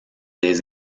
des